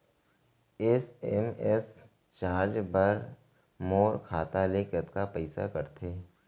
SMS charge बर मोर खाता ले कतका पइसा कटथे?